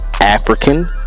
African